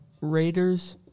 Raiders